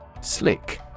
Slick